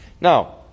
Now